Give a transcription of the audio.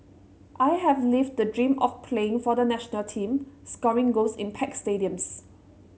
I have lived the dream of playing for the national team scoring goals in packed stadiums